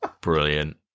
Brilliant